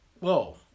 whoa